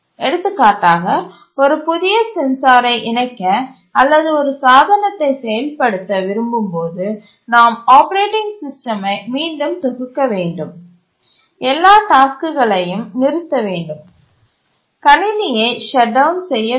எடுத்துக்காட்டாக ஒரு புதிய சென்சாரை இணைக்க அல்லது ஒரு சாதனத்தை செயல்படுத்த விரும்பும்போது நாம் ஆப்பரேட்டிங் சிஸ்டமை மீண்டும் தொகுக்க வேண்டும் எல்லா டாஸ்க்குகளையும் நிறுத்த வேண்டும் கணினியை ஷட் டவுன் செய்ய வேண்டும்